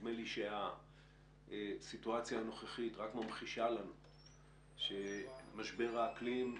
נדמה לי שהסיטואציה הנוכחית ממחישה לנו שמשבר האקלים,